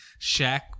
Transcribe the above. Shaq